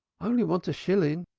only want a shilling,